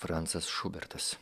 francas šubertas